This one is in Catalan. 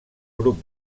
grup